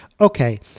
Okay